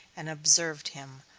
and observed him.